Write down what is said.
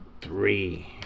three